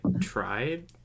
tried